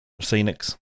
Scenic's